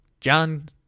John